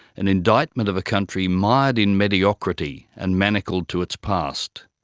an indictment of a country mired in mediocrity and manacled to its past.